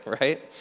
right